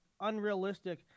unrealistic